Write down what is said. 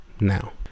now